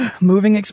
moving